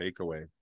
takeaway